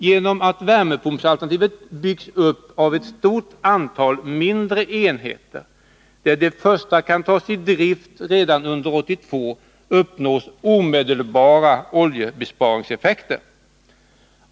Genom att värmepumpsalternativet byggs upp av ett stort antal mindre enheter där de första kan tas i drift redan under 1982 uppnås omedelbara oljebesparingseffekter.